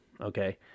Okay